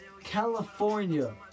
California